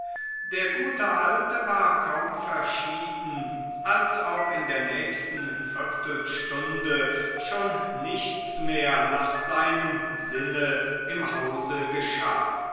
der gute alte war kaum verschieden als auch in der nächsten viertelstunde schon nichts mehr nach seinem sinne im hause geschah